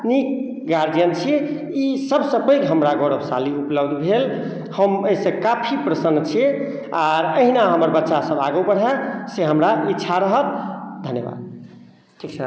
नीक गार्जियन छी ई सब सऽ पैघ हमरा गौरवशाली उपलब्धि भेल हम अछि से काफी प्रसन्न छियै आर एहिना हमर बच्चा सब आगू बढ़ए से हमरा इच्छा रहत धन्यवाद ठीक छै